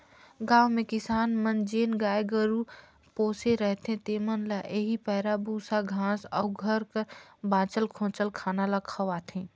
गाँव में किसान मन जेन गाय गरू पोसे रहथें तेमन ल एही पैरा, बूसा, घांस अउ घर कर बांचल खोंचल खाना ल खवाथें